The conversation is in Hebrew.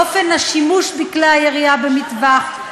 אופן השימוש בכלי הירייה במטווח,